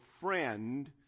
friend